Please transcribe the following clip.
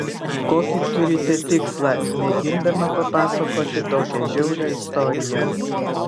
kokį turite tikslą mėgindama papasakoti tokią žiaurią istoriją